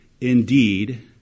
indeed